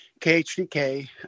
KHDK